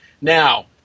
Now